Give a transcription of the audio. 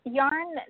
yarn